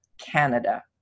Canada